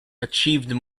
achieved